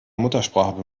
muttersprache